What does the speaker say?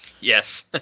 yes